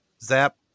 Zap